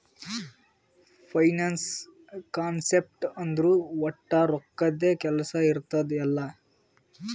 finance concept ಅಂದುರ್ ವಟ್ ರೊಕ್ಕದ್ದೇ ಕೆಲ್ಸಾ ಇರ್ತುದ್ ಎಲ್ಲಾ